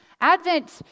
Advent